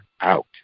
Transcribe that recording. out